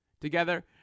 together